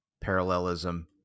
parallelism